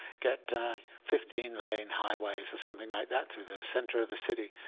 get fifteen lane highways or something like that through the center of the city,